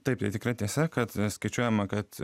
taip tai tikrai tiesa kad skaičiuojama kad